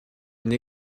une